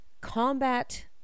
combat